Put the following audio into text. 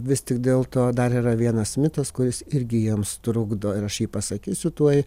vis tik dėl to dar yra vienas mitas kuris irgi jiems trukdo ir aš jį pasakysiu tuoj